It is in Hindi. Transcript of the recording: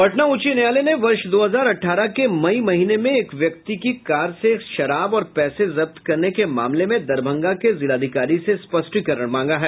पटना उच्च न्यायालय ने वर्ष दो हजार अठारह के मई महीने में एक व्यक्ति की कार से शराब और पैसे जब्त करने के मामले में दरभंगा के जिलाधिकारी से स्पष्टीकरण मांगा है